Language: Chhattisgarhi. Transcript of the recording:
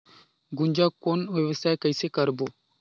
गुनजा कौन व्यवसाय कइसे करबो?